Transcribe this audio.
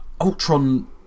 Ultron